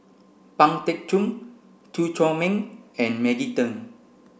Pang Teck Joon Chew Chor Meng and Maggie Teng